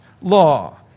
law